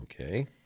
okay